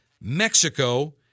Mexico